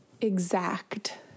exact